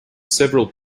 several